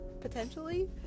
potentially